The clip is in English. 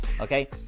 Okay